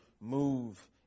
move